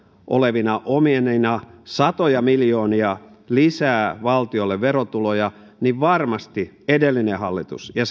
olevina omenina satoja miljoonia lisää valtiolle verotuloja niin varmasti edellinen hallitus ja